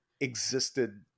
existed